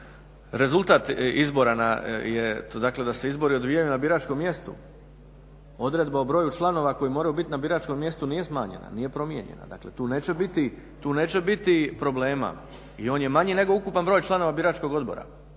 rezultat izbora je to da se izbori odvijaju na biračkom mjestu. Odredba o broju članova koji moraju biti na biračkom mjestu nije smanjena, nije promijenjena. Dakle, tu neće biti problema. I on je manji nego ukupan broj članova biračkog odbora.